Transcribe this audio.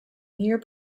near